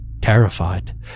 Terrified